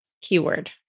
Keyword